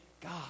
God